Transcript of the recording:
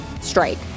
strike